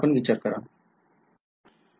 विध्यार्थी इथे एक differential equation सिस्टिम